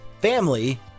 family